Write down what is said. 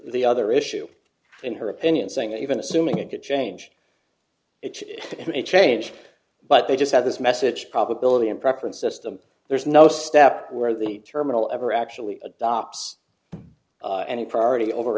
the other issue in her opinion saying that even assuming it could change it may change but they just have this message probability and preferences to there's no step where the terminal ever actually adopts any priority over